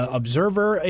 observer